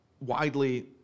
widely